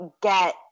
get